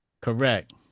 Correct